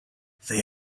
they